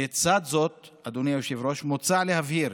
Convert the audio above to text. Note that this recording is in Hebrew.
לצד זאת, אדוני היושב-ראש, מוצע להבהיר